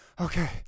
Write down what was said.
Okay